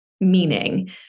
meaning